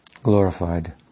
Glorified